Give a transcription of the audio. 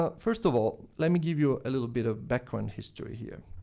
ah first of all, let me give you a little bit of background history here.